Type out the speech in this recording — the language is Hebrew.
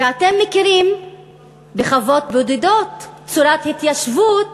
ואתם מכירים בחוות בודדות צורת התיישבות